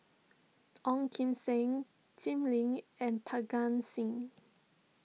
Ong Kim Seng Jim Lim and Parga Singh